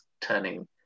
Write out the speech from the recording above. turning